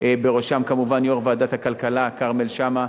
בראשם כמובן יושב-ראש ועדת הכלכלה כרמל שאמה,